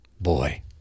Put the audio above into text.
Boy